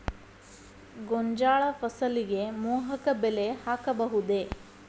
ಗೋಂಜಾಳ ಫಸಲಿಗೆ ಮೋಹಕ ಬಲೆ ಹಾಕಬಹುದೇ?